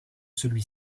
celui